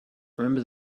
remember